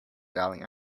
darling